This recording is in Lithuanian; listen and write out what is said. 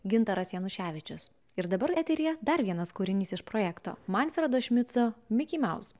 gintaras januševičius ir dabar eteryje dar vienas kūrinys iš projekto manfredo šmidso miki maus